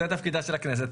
תפקידה של הכנסת,